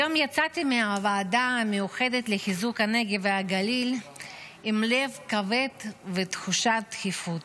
היום יצאתי מהוועדה המיוחדת לחיזוק הנגב והגליל בלב כבד ותחושת דחיפות.